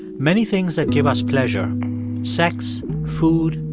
many things that give us pleasure sex, food,